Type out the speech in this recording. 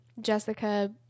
Jessica